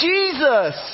Jesus